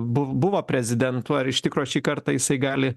buv buvo prezidentu ar iš tikro šį kartą jisai gali